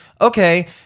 Okay